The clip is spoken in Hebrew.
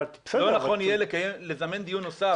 אבל --- לא יהיה נכון לזמן דיון נוסף?